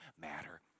matter